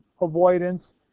avoidance